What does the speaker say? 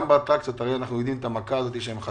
אנחנו יודעים גם איזו מכה האטרקציות חטפו.